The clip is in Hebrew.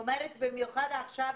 וכל מנהל יבחר מה לעשות.